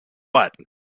what